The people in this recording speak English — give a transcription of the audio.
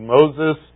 Moses